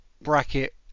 bracket